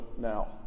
now